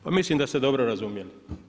Pa mislim da ste dobro razumjeli.